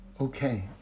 Okay